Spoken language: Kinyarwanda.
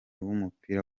w’umupira